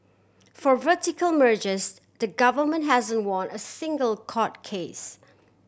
for vertical mergers the government hasn't won a single court case